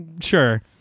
sure